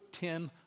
ten